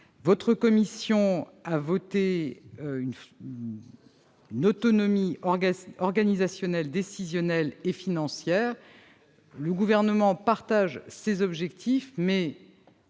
Votre commission a voté en faveur d'une autonomie organisationnelle, décisionnelle et financière. Le Gouvernement partage cet objectif, à